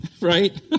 right